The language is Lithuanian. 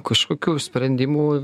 kažkokių sprendimų